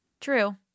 True